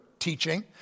teaching